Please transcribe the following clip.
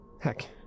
Heck